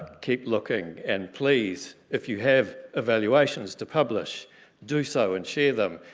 keep looking and please if you have evaluations to publish do so and share them,